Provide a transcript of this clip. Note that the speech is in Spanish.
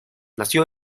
nació